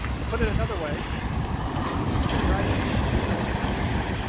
to put it another way if you can write an elegant algorithm,